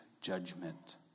judgment